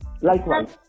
Likewise